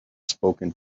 spoken